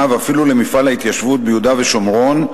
ואפילו למפעל ההתיישבות ביהודה ושומרון,